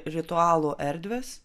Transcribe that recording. ritualų erdves